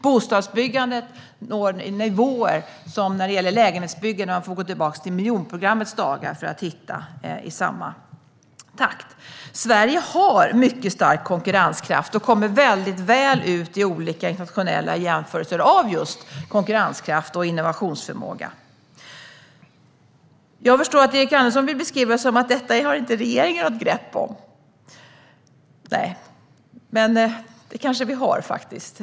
Bostadsbyggandet vad avser lägenheter når nivåer som vi inte har sett sedan miljonprogrammets dagar. Sverige har mycket stark konkurrenskraft och står sig väl i olika internationella jämförelser av konkurrenskraft och innovationsförmåga. Jag förstår att Erik Andersson vill beskriva detta som något som regeringen inte har grepp om. Men det kanske vi trots allt har.